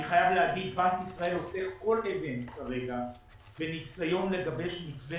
אני חייב להגיד שבנק ישראל הופך כרגע כל אבן בניסיון לגבש מתווה